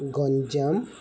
Ganjam